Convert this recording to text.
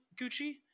Gucci